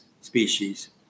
species